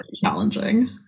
challenging